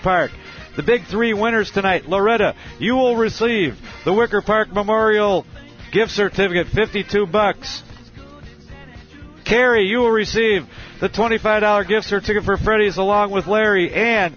of the big three winners tonight loretta you will receive the worker park memorial gift certificate fifty two bucks carrie you will receive the twenty five dollars gift certificate for friday's along with larry and